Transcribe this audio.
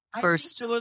first